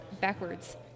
backwards